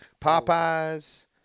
Popeye's